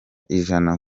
ijana